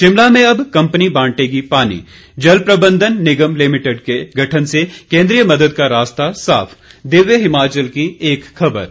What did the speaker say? शिमला में अब कंपनी बांटेगी पानी जल प्रबंधन निगम लिमिटेड के गठन से केंद्रीय मदद का रास्ता साफ दिव्य हिमाचल की खबर है